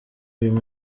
uyu